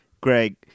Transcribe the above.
Greg